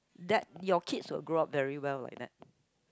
that your kids will grow up very well like that